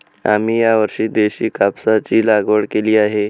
आम्ही यावर्षी देशी कापसाची लागवड केली आहे